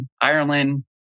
Ireland